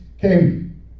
came